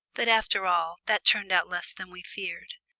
but after all, that turned out less than we feared.